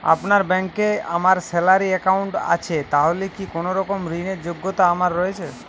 আপনার ব্যাংকে আমার স্যালারি অ্যাকাউন্ট আছে তাহলে কি কোনরকম ঋণ র যোগ্যতা আমার রয়েছে?